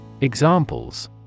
Examples